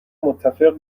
متفق